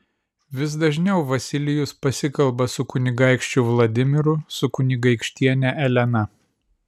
vis dažniau vasilijus pasikalba su kunigaikščiu vladimiru su kunigaikštiene elena